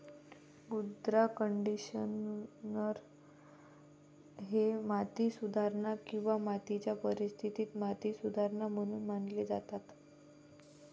मृदा कंडिशनर हे माती सुधारणा किंवा मातीच्या परिस्थितीत माती सुधारणा म्हणून मानले जातात